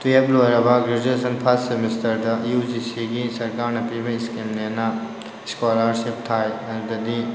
twelve ꯂꯣꯏꯔꯕ graduation first ꯁꯦꯃꯤꯁꯇꯔꯗ U G ꯁꯤꯒꯤ ꯁꯔꯀꯥꯔꯅ ꯄꯤꯕ ꯁ꯭ꯀꯤꯝꯅꯦꯅ ꯁ꯭ꯀꯣꯂꯥꯔꯁꯤꯞ ꯊꯥꯏ ꯑꯗꯗꯤ